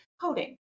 coding